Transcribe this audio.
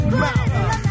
mouth